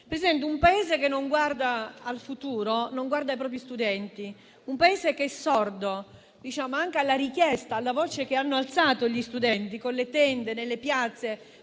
studenti. Un Paese che non guarda al futuro non guarda ai propri studenti. Ed è un Paese sordo anche alla richiesta, alla voce che hanno alzato gli studenti, con le tende nelle piazze.